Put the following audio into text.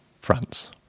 France